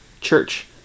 church